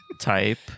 type